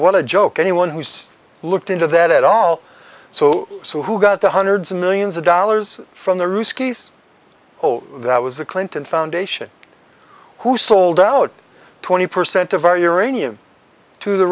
what a joke anyone who's looked into that at all so so who got the hundreds of millions of dollars from the oh that was the clinton foundation who sold out twenty percent of our uranium to the